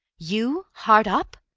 you hard up?